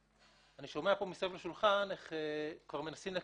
אני שומע פה מסביב לשולחן איך מנסים לכרסם,